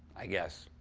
i guess.